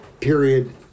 Period